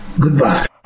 goodbye